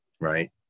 right